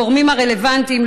הגורמים הרלוונטיים,